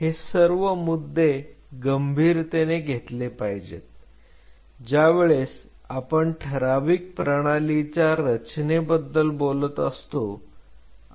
हे सर्व मुद्दे गंभीरतेने घेतले पाहिजेत ज्यावेळेस आपण ठराविक प्रणालीच्या रचनेबद्दल बोलत असतो